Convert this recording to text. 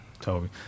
Toby